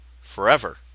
forever